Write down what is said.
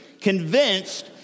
Convinced